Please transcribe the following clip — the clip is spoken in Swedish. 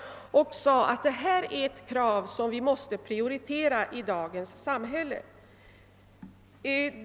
— och sade att det här vore ett krav som måste prioriteras i dagens samhälle.